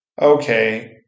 Okay